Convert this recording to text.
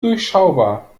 durchschaubar